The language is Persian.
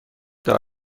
دارم